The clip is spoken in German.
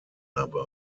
dabei